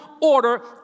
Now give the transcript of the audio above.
order